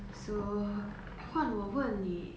so 换我问你